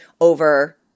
over